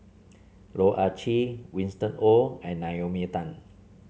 Loh Ah Chee Winston Oh and Naomi Tan